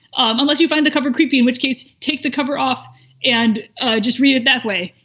um unless you find the cover creepy, in which case take the cover off and just read it that way.